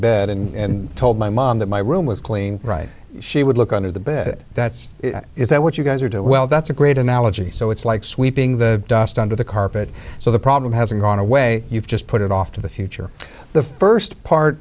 bed and told my mom that my room was clean right she would look under the bit that's is that what you guys are to well that's a great analogy so it's like sweeping the dust under the carpet so the problem hasn't gone away you've just put it off to the future the first part